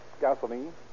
gasoline